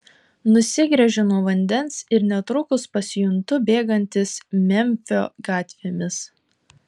nusigręžiu nuo vandens ir netrukus pasijuntu bėgantis memfio gatvėmis